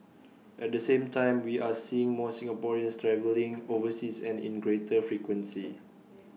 at the same time we are seeing more Singaporeans travelling overseas and in greater frequency